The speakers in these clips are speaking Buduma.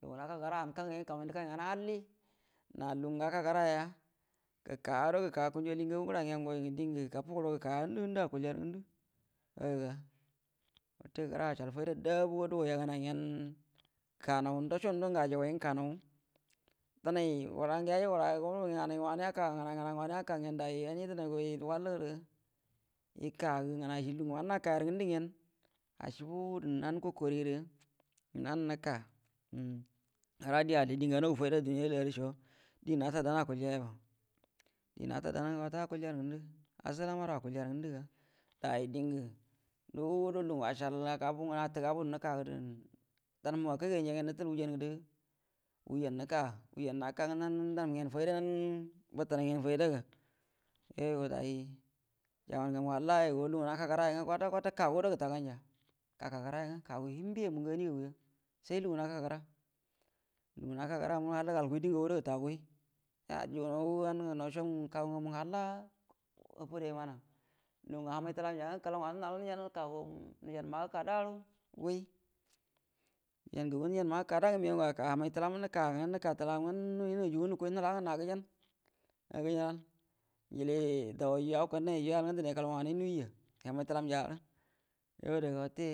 Lugungə naka kəra angwə kagmain də kangal ngana alli, lungu naka kəraya gəka gurrə gəka kangə gagu gəra gəa dəngə gafugu guəro gəka ngəndu ngəndu akualja yarə ngandu, yuo yu ga wate kəra acəal fayda dubu ga duguay yaganaygyen kanaw ajaguay kanaw nganay denay wura, ngə yaji yura yu ga nganay nganay gə wanə yaka yudug wallu gərə yə kana gə nganay cie, lugungə wanə naka yarə ngəndugyen a cəabu gurrə nan ko kari gərə nan nəka kira die alli dəngə anagu fayda ‘a duniya rə layra co diengə naa dun akul ja yaba diengə nata danna kwata kwata akualja, assalan maro akualja day dəngə dugudo langə acəlya gabo atəal gabu gərə nəka gərə lugu ngə akay ganja gyen nətəal hujjan gərə nəka, hujjan nəka, hujjan naka ngwə nan dan gyan fayda bətənay gyen fayda gu yuoyu ga day jama’a ngamu gə halla yuo go lugungə naka kəra yangə kwata kwata kaguə gurrə gəta ganja, kagu hiembe mungə anie gagu ya sai lugungə naka kira lugungə naka kəra mu guəro halla gal guiwo diengagu guəro gəta guiwi, anganaw som kagu ngamu ngə hall hə fudə mana lugun hamay tdem jungə kəlau nganu guəro nal ngwə nəjan maga kada mu guro nəwi h amay təlam gwə nəka telam ngə nawi najue ngwə na gəjau, njicie dauyay yu ate yaku kannau yu yall ngwə kəlaw nganay nuwiya ada wute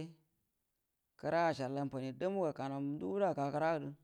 kərə acəal annfani dumu ga nduguəro aka.